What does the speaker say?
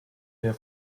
der